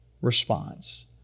response